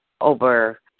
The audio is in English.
over